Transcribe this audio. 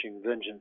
Vengeance